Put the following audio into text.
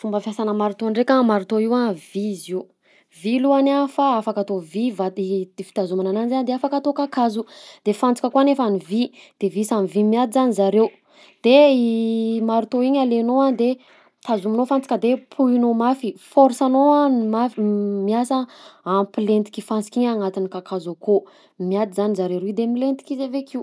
Fomba fiasanà marteau ndraika: marteau io a vy izy io, vy lohany a fa afaka vy vat- i- fitazomana ananjy a de afaka atao kakazo, de fantsika koa nefany vy, de vy samy vy miady zany zareo; de i marteau igny alainao a de tazominao fantsika de pohinao mafy, force anao a no maf- miasa hampilentik'i fantsika igny agnatin'ny kakazo akao; miady zany zareo roy de milentika izy avy akeo.